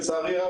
לצערי הרב,